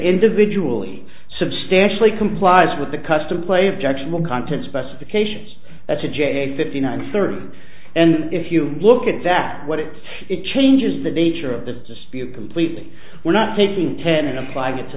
individually substantially complies with the custom play objectionable content specifications that's a j fifty nine thirty and if you look at that what it says it changes the nature of the dispute completely we're not taking ten and applying it to